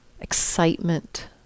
excitement